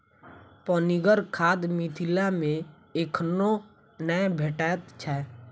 पनिगर खाद मिथिला मे एखनो नै भेटैत छै